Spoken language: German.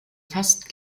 fast